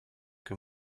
que